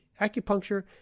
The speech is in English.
acupuncture